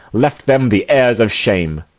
left them the heirs of shame.